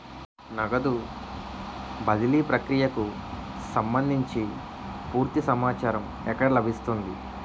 నగదు బదిలీ ప్రక్రియకు సంభందించి పూర్తి సమాచారం ఎక్కడ లభిస్తుంది?